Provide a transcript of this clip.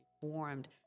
formed